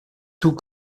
tout